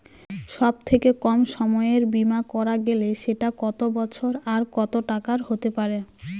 সব থেকে কম সময়ের বীমা করা গেলে সেটা কত বছর আর কত টাকার হতে পারে?